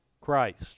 Christ